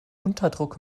unterdruck